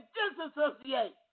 disassociate